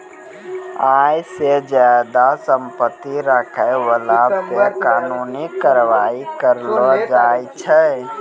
आय से ज्यादा संपत्ति रखै बाला पे कानूनी कारबाइ करलो जाय छै